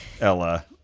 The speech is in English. Ella